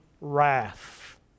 wrath